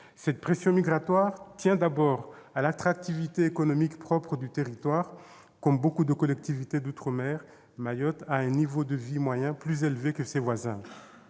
Cette pression migratoire tient d'abord à l'attractivité économique propre du territoire- comme beaucoup de collectivités d'outre-mer, Mayotte a un niveau de vie moyen plus élevé que ses voisins